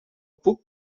puc